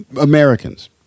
Americans